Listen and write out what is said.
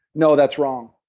no, that's wrong.